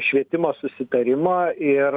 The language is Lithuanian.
švietimo susitarimo ir